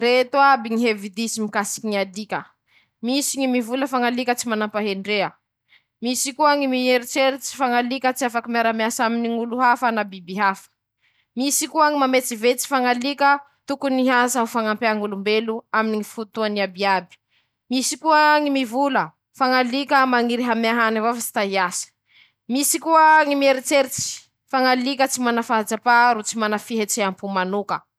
Ñy ataony ñy vitiky hamoroña na handrindra ñy andiam-bitike, fampifandraisa aminy ñy alalany fermoly, manahaky anizao ñy fahafahany miarake noho ñy fiarova, eo avao koa ñy fizarany ñy asa ataony i noho fampihara ñy teti-kady anañandrozy.